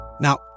Now